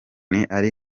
ari